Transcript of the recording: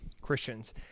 Christians